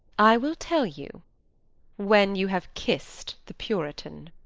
i will tell you when you have kissed the puritan.